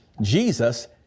Jesus